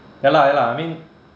ya lah ya lah I mean